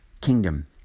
kingdom